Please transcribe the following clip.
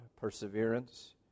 perseverance